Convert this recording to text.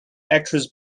actress